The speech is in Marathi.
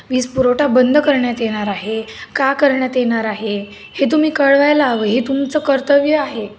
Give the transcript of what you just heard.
वीज पुरवठा बंद करण्यात येणार आहे का करण्यात येणार आहे हे तुम्ही कळवायला हवं हे तुमचं कर्तव्य आहे